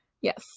Yes